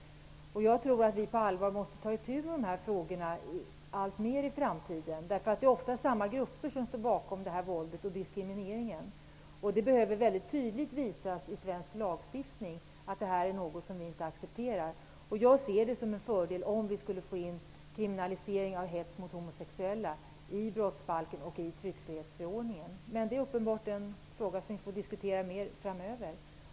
Jag tror att vi på allvar måste ta itu med dessa frågor i framtiden. Det är ofta samma grupper som står bakom våldet och diskrimineringen. Det behöver visas väldigt tydligt i svensk lagstiftning att detta är något som vi inte accepterar. Jag ser det som en fördel om vi skulle få in kriminalisering av hets mot homosexuella i brottsbalken och i tryckfrihetsförordningen. Detta är uppenbarligen en fråga som vi får diskutera mer framöver.